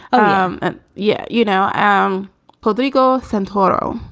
um yeah. you know, ah um paul there you go. santoro.